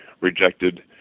rejected